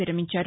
విరమించారు